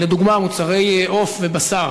לדוגמה, מוצרי עוף ובשר